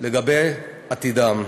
לגבי עתידם.